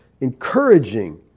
encouraging